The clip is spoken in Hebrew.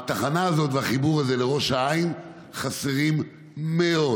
התחנה הזאת והחיבור הזה לראש העין חסרים מאוד.